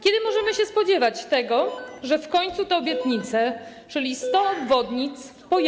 Kiedy możemy się spodziewać tego, że w końcu te obietnice, czyli 100 obwodnic, ziszczą się?